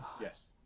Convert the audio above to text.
Yes